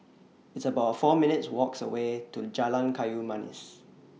It's about four minutes' Walks away to Jalan Kayu Manis